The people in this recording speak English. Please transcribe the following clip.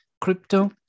crypto